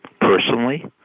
personally